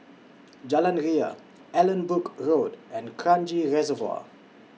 Jalan Ria Allanbrooke Road and Kranji Reservoir